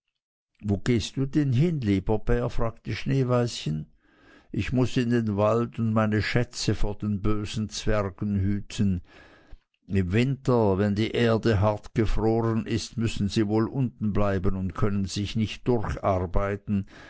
wo gehst du denn hin lieber bär fragte schneeweißchen ich muß in den wald und meine schätze vor den bösen zwergen hüten im winter wenn die erde hart gefroren ist müssen sie wohl unten bleiben und können sich nicht durcharbeiten